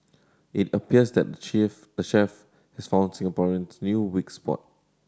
it appears that the chief the chef has found Singaporeans' new weak spot